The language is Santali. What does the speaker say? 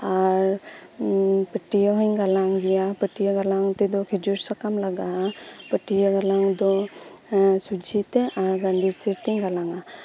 ᱟᱨ ᱯᱟᱹᱴᱟᱹᱭᱟᱹ ᱦᱚᱧ ᱜᱟᱞᱟᱝ ᱜᱮᱭᱟ ᱯᱟᱹᱴᱭᱟᱹ ᱜᱟᱞᱟᱝ ᱛᱮᱫᱚ ᱠᱷᱮᱡᱩᱨ ᱥᱟᱠᱟᱢ ᱞᱟᱜᱟᱜᱼᱟ ᱯᱟᱴᱭᱟᱹ ᱜᱟᱞᱟᱝ ᱫᱚ ᱥᱚᱡᱷᱮᱛᱮ ᱟᱨ ᱜᱟᱸᱰᱮ ᱥᱮᱫ ᱛᱤᱧ ᱜᱟᱞᱟᱝᱟ